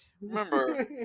remember